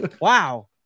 Wow